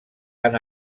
han